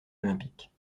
olympique